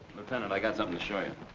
lieutenant, i got something to show you.